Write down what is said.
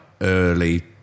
early